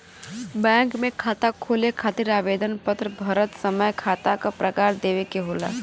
bank में खाता खोले खातिर आवेदन पत्र भरत समय खाता क प्रकार देवे के होला